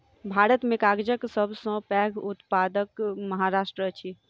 भारत में कागजक सब सॅ पैघ उत्पादक महाराष्ट्र अछि